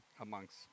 amongst